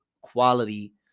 quality